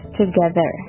together